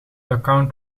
account